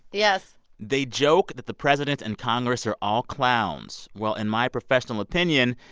yes they joke that the president and congress are all clowns. well, in my professional opinion,